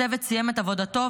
הצוות סיים את עבודתו,